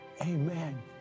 amen